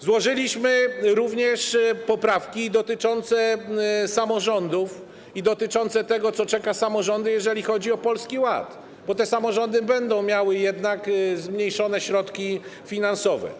Złożyliśmy również poprawki dotyczące samorządów, tego, co czeka samorządy, jeżeli chodzi o Polski Ład, bo te samorządy będą miały jednak zmniejszone środki finansowe.